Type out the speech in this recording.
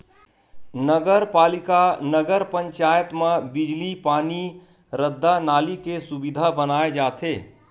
नगर पालिका, नगर पंचायत म बिजली, पानी, रद्दा, नाली के सुबिधा बनाए जाथे